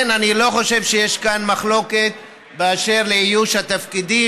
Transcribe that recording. אני לא חושב שיש כאן מחלוקת באשר לאיוש התפקידים.